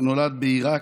שנולד בעיראק,